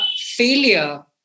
Failure